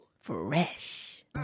Fresh